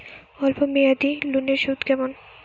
অল্প মেয়াদি লোনের সুদ কেমন?